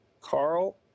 Carl